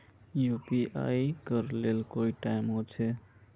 UPI करे ले कोई टाइम होचे?